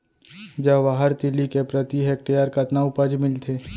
जवाहर तिलि के प्रति हेक्टेयर कतना उपज मिलथे?